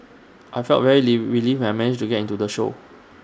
I felt very live relieved when I managed to get into the show